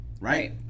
Right